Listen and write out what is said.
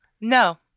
No